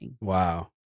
Wow